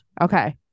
Okay